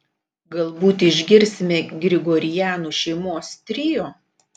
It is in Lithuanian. galbūt išgirsime grigorianų šeimos trio